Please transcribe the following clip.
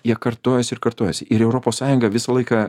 jie kartojasi ir kartojasi ir europos sąjunga visą laiką